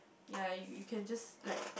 ya you you can just like